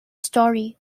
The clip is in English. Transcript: story